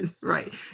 right